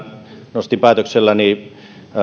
nostin päätökselläni